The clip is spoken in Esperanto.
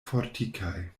fortikaj